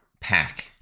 pack